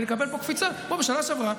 ונקבל פה קפיצה כמו בשנה שעברה,